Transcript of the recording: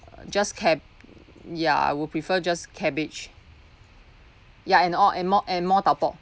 uh just ca~ ya I will prefer just cabbage ya and all and more and more tau pok